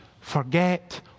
forget